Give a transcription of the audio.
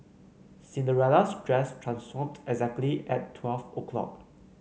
Cinderella's dress transformed exactly at twelve o'clock